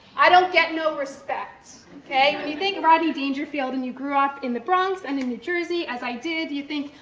i don't get no respect. when but you think rodney dangerfield, and you grew up in the bronx, and in new jersey, as i did, you think,